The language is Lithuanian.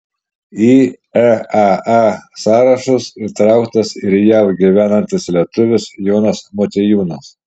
į eaa sąrašus įtrauktas ir jav gyvenantis lietuvis jonas motiejūnas